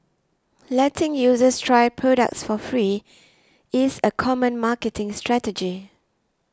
letting users try products for free is a common marketing strategy